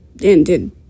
ended